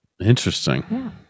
Interesting